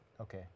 okay